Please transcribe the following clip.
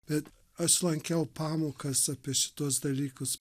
bet aš lankiau pamokas apie šituos dalykus